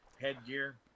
headgear